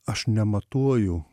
aš nematuoju